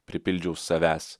pripildžiau savęs